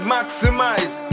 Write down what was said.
Maximize